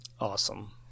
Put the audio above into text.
awesome